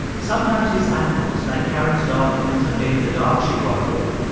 sometimes these animals, like karen's dolphins and later the dogs she worked with,